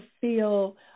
feel